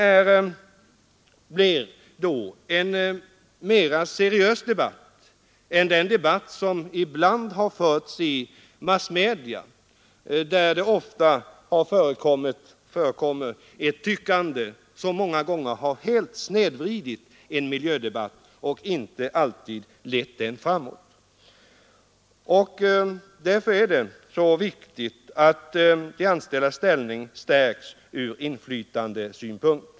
Debatten blir då mera seriös än den debatt som ibland har förts i massmedia, där det förekommer ett tyckande som många gånger helt snedvrider miljödebatten och inte alltid leder den framåt. Därför är det viktigt att de anställdas ställning stärks ur inflytandesynpunkt.